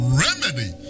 remedy